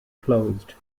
closed